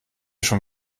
schon